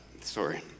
Sorry